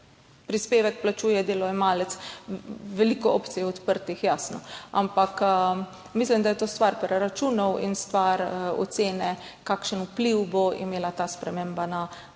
prispevek plačuje delojemalec, veliko opcij je odprtih, jasno. Ampak mislim, da je to stvar preračunov in stvar ocene, kakšen vpliv bo imela ta sprememba na celoten